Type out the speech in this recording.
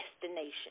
destination